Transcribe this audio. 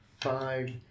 five